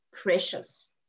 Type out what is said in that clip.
precious